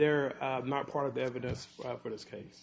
they're not part of the evidence for this case